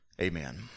Amen